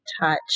touch